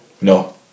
no